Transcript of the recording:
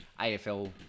AFL